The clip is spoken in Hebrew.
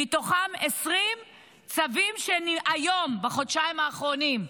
ומהן 20 צווים היום, בחודשיים האחרונים.